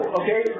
okay